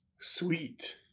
Sweet